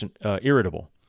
irritable